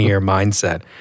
mindset